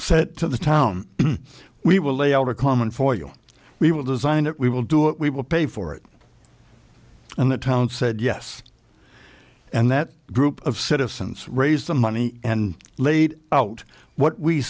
said to the town we will lay out a common for you we will design it we will do it we will pay for it and the town said yes and that group of citizens raised the money and laid out what we